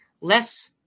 less